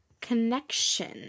connection